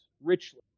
richly